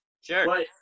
Sure